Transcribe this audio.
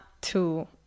two